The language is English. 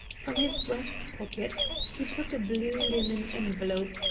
from his breast-pocket he took a blue linen envelope,